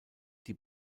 die